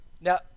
Now